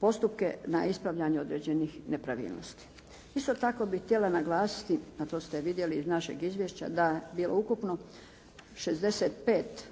postupke na ispravljanje određenih nepravilnosti. Isto tako bih htjela naglasiti, a to ste vidjeli iz našeg izvješća da je bilo ukupno 65